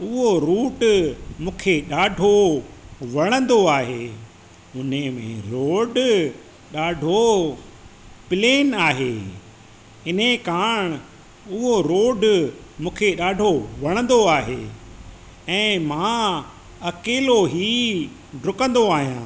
उहो रूट मूंखे ॾाढो वणंदो आहे इनमें रोड ॾाढो प्लेन आहे इन कारण उहो रोड मूंखे ॾाढो वणंदो आहे ऐं मां अकेलो ई डुकंदो आहियां